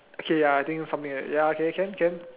okay ya I think something like that ya okay can can